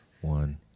One